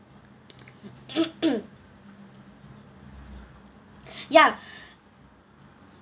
ya